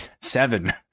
seven